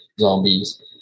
zombies